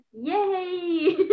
Yay